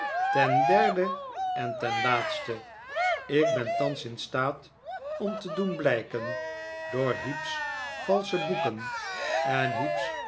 ten derde en ten laatste ik ben thans in staat om te doen blijken door heep's valsche boeken en heep's